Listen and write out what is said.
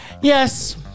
Yes